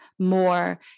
more